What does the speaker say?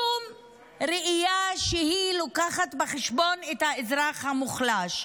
שום ראייה שלוקחת בחשבון את האזרח המוחלש.